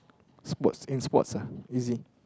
sports in sports lah easy